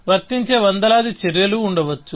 వర్తించే వందలాది చర్యలు ఉండవచ్చు